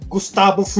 Gustavo